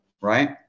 right